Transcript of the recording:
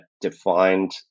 defined